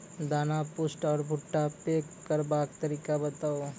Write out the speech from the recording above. दाना पुष्ट आर भूट्टा पैग करबाक तरीका बताऊ?